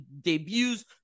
debuts